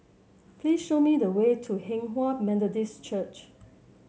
please show me the way to Hinghwa Methodist Church